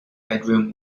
bedroom